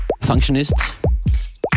Functionist